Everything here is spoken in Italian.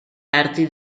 arti